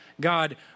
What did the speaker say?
God